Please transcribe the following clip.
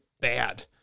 bad